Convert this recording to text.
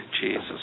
Jesus